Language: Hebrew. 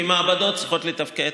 כי המעבדות צריכות לתפקד,